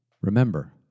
Remember